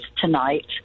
tonight